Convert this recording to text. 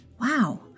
Wow